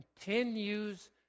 continues